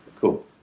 cool